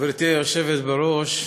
גברתי היושבת בראש,